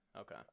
Okay